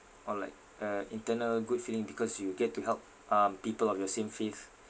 or like uh internal good feeling because you get to help um people of your same faith